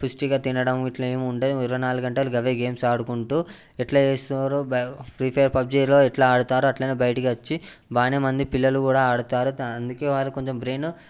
పుష్టిగా తినడం ఇట్లా ఏమి ఉండదు ఇరవైనాలుగు గంటలు అవే గేమ్స్ ఆడుకుంటు ఎట్లా చేస్తుర్రో ఫ్రీ ఫైర్ పబ్జీలో ఎట్లా ఆడతారో అట్లనే బయటకు వచ్చి బాగా మంది పిల్లలు కూడా ఆడుతారు అందుకే వాళ్ళ కొంచెం బ్రెన్